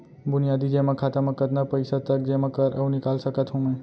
बुनियादी जेमा खाता म कतना पइसा तक जेमा कर अऊ निकाल सकत हो मैं?